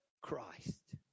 Christ